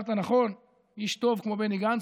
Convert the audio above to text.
אמרת נכון, איש טוב כמו בני גנץ.